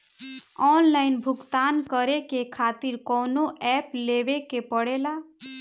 Online भुगतान करके के खातिर कौनो ऐप लेवेके पड़ेला?